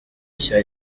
nshya